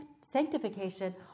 sanctification